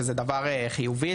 שזה דבר דווקא חיובי.